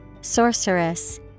Sorceress